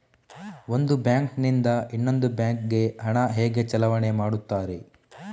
ಒಂದು ಬ್ಯಾಂಕ್ ನಿಂದ ಇನ್ನೊಂದು ಬ್ಯಾಂಕ್ ಗೆ ಹಣ ಹೇಗೆ ಚಲಾವಣೆ ಮಾಡುತ್ತಾರೆ?